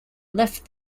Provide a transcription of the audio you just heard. left